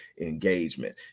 engagement